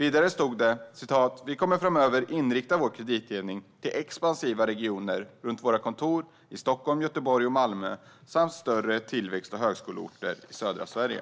Vidare stod det: Vi kommer framöver att inrikta vår kreditgivning till expansiva regioner runt våra kontor i Stockholm, Göteborg och Malmö samt större tillväxt och högskoleorter i södra Sverige.